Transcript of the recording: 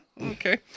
Okay